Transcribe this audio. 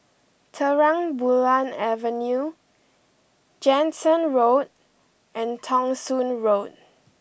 Terang Bulan Avenue Jansen Road and Thong Soon Road